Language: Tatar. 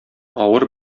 авыр